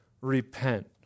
repent